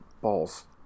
balls